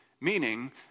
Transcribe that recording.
Meaning